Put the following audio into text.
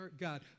God